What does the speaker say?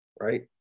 right